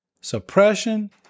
suppression